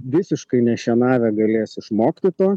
visiškai nešienavę galės išmokti to